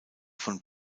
von